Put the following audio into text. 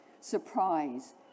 Surprise